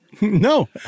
No